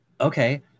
okay